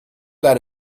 that